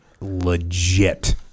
legit